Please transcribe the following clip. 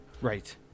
Right